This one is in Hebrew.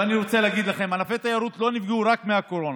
ואני רוצה להגיד לכם שענפי התיירות לא נפגעו רק מהקורונה.